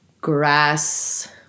grass